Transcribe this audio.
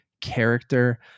character